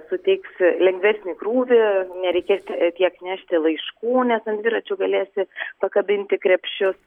suteiks lengvesnį krūvį nereikės tiek nešti laiškų nes ant dviračių galėsi pakabinti krepšius